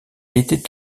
était